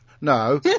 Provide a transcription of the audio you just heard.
No